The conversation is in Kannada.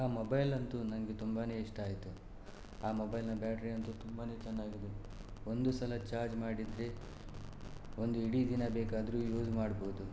ಆ ಮೊಬೈಲಂತೂ ನನಗೆ ತುಂಬಾನೇ ಇಷ್ಟ ಆಯಿತು ಆ ಮೊಬೈಲ್ನ ಬ್ಯಾಟ್ರಿಯಂತೂ ತುಂಬಾನೇ ಚೆನ್ನಾಗಿದೆ ಒಂದು ಸಲ ಚಾರ್ಜ್ ಮಾಡಿದರೆ ಒಂದು ಇಡೀ ದಿನ ಬೇಕಾದರೂ ಯೂಸ್ ಮಾಡ್ಬೋದು